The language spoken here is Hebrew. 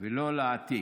ולא להעתיק.